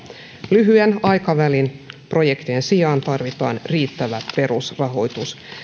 lyhyen aikavälin projektien sijaan tarvitaan riittävä perusrahoitus